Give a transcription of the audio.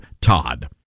Todd